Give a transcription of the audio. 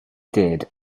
did